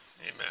Amen